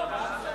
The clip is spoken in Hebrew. לא, מה הבשורה?